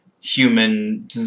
human